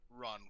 run